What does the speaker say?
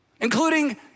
including